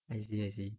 I see I see